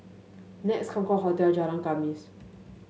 Nex Concorde Hotel Jalan Khamis